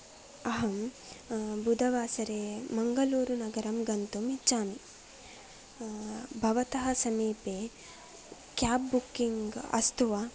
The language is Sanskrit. अहं बुधवासरे मङ्गलूरुनगरं गन्तुम् इच्छामि भवत समीपे केब् बुक्किङ्ग् अस्ति वा